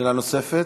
שאלה נוספת?